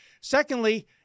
secondly